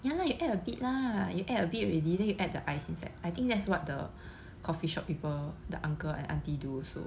ya lah you add a bit lah you add a bit already then you add the ice inside I think that's what the coffee shop people the uncle and auntie do also